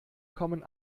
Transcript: kommen